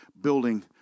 building